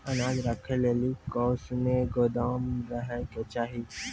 अनाज राखै लेली कैसनौ गोदाम रहै के चाही?